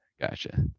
Gotcha